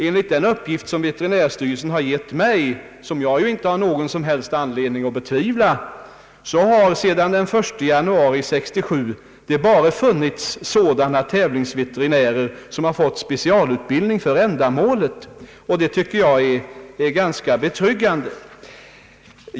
Enligt den uppgift som veterinärstyrelsen har givit mig — en uppgift som jag inte har någon som helst anledning att betvivla — har det sedan den 1 januari 1967 bara funnits sådana tävlingsvete rinärer som fått specialutbildning för ändamålet, och det tycker jag är ganska betryggande.